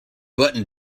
button